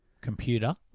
computer